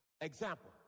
Example